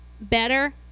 better